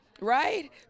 right